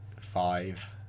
five